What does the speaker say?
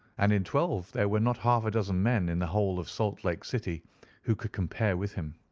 and in twelve there were not half a dozen men in the whole of salt lake city who could compare with him.